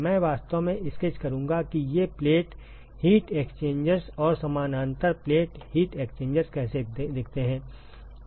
मैं वास्तव में स्केच करूंगा कि ये प्लेट हीट एक्सचेंजर्स और समानांतर प्लेट हीट एक्सचेंजर्स कैसे दिखते हैं